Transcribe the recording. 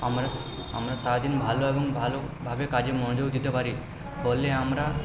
আমরা আমরা সারা দিন ভালো এবং ভালোভাবে কাজে মনযোগ দিতে পারি ফলে আমরা